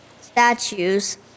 statues